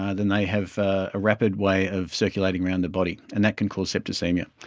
ah then they have a rapid way of circulating around the body and that can cause septicaemia.